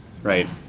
Right